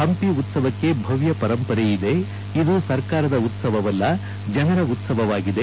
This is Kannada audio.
ಹಂಪಿ ಉತ್ಸವಕ್ಕೆ ಭವ್ಯ ಪರಂಪರೆ ಇದೆ ಇದು ಸರ್ಕಾರ ಉತ್ಸವವಲ್ಲ ಜನರ ಉತ್ಸವವಾಗಿದೆ